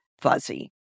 fuzzy